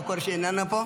מה קורה כשהיא איננה פה?